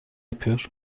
yapıyor